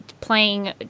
playing